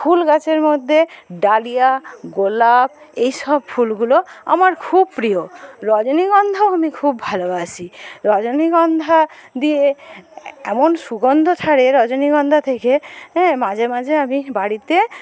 ফুলগাছের মধ্যে ডালিয়া গোলাপ এই সব ফুলগুলো আমার খুব প্রিয় রজনীগন্ধাও আমি খুব ভালোবাসি রজনীগন্ধা দিয়ে এমন সুগন্ধ ছাড়ে রজনীগন্ধা থেকে হ্যাঁ মাঝে মাঝে আমি বাড়িতে